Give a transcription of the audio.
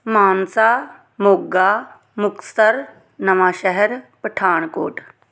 Mansa Moga Muktsar Nawanshahr Pathankot